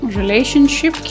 relationship